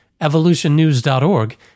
evolutionnews.org